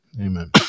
Amen